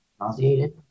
Nauseated